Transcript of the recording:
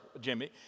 Jimmy